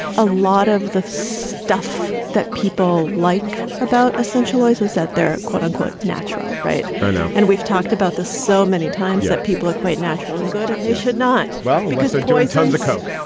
a lot of the stuff that people like about a centralizes that their quote unquote, natural right now and we've talked about this so many times that people equate natural and good and they should not. well, because they're doing tons of coke.